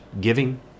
giving